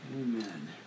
Amen